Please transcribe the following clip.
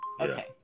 Okay